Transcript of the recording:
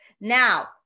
Now